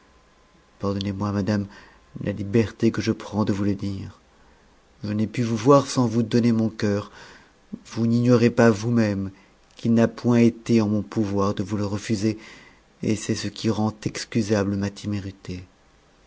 pardonnez-moi madame la liberté que je prends de vous le dire je n'ai pu vous voir sans vous donner mon cœur vous n'ignorez pas vous-même qu'il n'a point été en mon pouvoir de vous e refuser et c'est ce qui rend excusable ma témérité